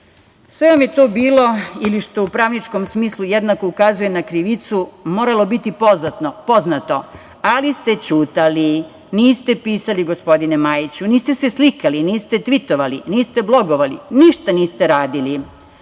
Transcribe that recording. vam je to bilo, ili što u pravničkom smislu jednako ukazuje na krivicu, moralo biti poznato, ali ste ćutali. Niste pisali, gospodine Majiću. Niste se slikali. Niste tvitovali. Niste blogovali. Ništa niste radili.